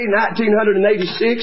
1986